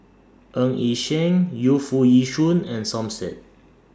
Ng Yi Sheng Yu Foo Yee Shoon and Som Said